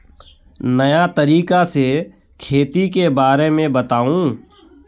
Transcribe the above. नया तरीका से खेती के बारे में बताऊं?